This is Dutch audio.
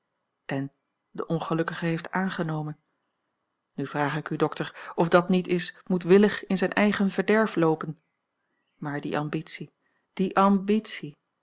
en de ongelukkige heeft aangenomen nu vraag ik u dokter of dat niet is moedwillig in zijn eigen verderf loopen maar die ambitie die ambitie